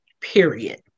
period